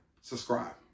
Subscribe